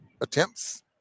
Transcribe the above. attempts